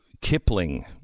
Kipling